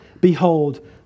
Behold